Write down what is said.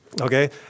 Okay